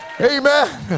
amen